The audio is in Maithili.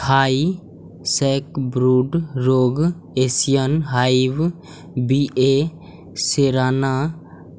थाई सैकब्रूड रोग एशियन हाइव बी.ए सेराना